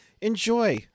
enjoy